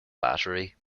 battery